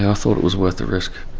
yeah thought it was worth the risk.